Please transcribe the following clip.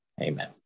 Amen